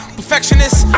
perfectionist